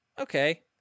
Okay